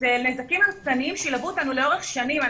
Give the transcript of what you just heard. אלו נזקים הרסניים שילוו אותנו לאורך שנים.